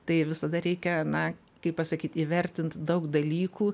tai visada reikia na kaip pasakyt įvertint daug dalykų